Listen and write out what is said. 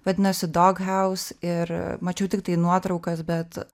vadinosi doghaus ir mačiau tiktai nuotraukas bet